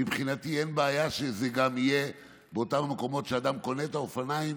ומבחינתי גם אין בעיה שזה יהיה באותם המקומות שאדם קונה את האופניים,